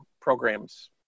programs